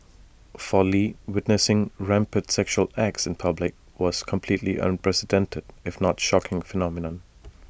for lee witnessing rampant sexual acts in public was completely unprecedented if not shocking phenomenon